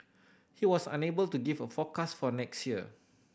he was unable to give a forecast for next year